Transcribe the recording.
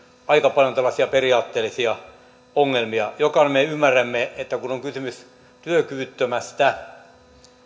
aika paljon tällaisia periaatteellisia ongelmia jokainen me ymmärrämme että kun on kysymys työkyvyttömästä